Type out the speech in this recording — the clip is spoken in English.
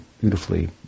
beautifully